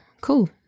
cool